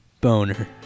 boner